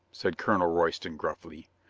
said colonel royston gruffly.